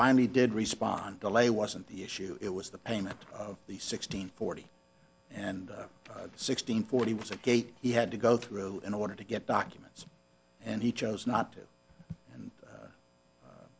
finally did respond delay wasn't the issue it was the payment of the sixteen forty and sixteen forty was a gate he had to go through in order to get documents and he chose not to and